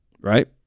Right